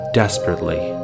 desperately